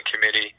committee